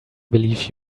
believe